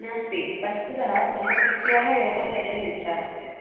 नास्ति वस्तुतः मम पुत्र्याः योगं पठितुम् इच्छा अस्ति